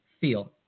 feel